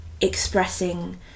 expressing